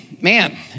Man